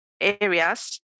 areas